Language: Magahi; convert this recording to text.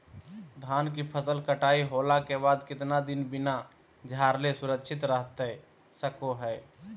धान के फसल कटाई होला के बाद कितना दिन बिना झाड़ले सुरक्षित रहतई सको हय?